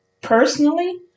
personally